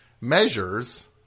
measures